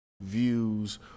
views